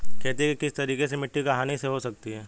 खेती के किस तरीके से मिट्टी की हानि हो सकती है?